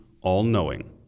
all-knowing